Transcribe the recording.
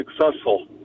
successful